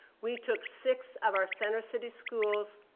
we took six of our center city schools,